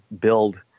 build